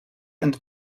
and